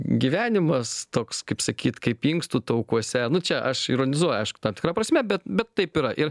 gyvenimas toks kaip sakyt kaip inkstų taukuose nu čia aš ironizuoju aišku tam tikra prasme bet bet taip yra ir